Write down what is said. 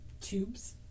tubes